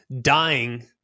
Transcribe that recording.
dying